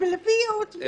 ולפי ייעוץ משפטי.